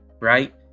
right